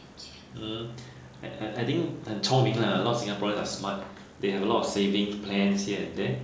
mmhmm I I I think 很聪明 lah a lot of singaporeans are smart they have a lot of savings plans yet there